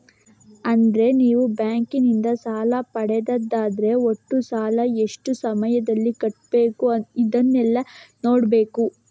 ಅಂದ್ರೆ ನೀವು ಬ್ಯಾಂಕಿನಿಂದ ಸಾಲ ಪಡೆದದ್ದಾದ್ರೆ ಒಟ್ಟು ಸಾಲ, ಎಷ್ಟು ಸಮಯದಲ್ಲಿ ಕಟ್ಬೇಕು ಇದನ್ನೆಲ್ಲಾ ನೋಡ್ಬೇಕು